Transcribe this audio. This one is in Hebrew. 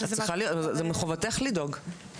זה מחובתך לדאוג.